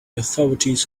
authorities